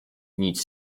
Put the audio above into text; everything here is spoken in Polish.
nic